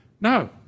No